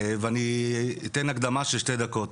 ואני אתן הקדמה של שתי דקות.